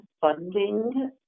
funding